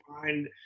find